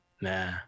Nah